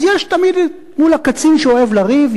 אז יש תמיד מול הקצין שאוהב לריב,